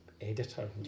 editor